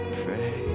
pray